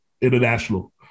international